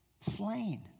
slain